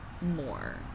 more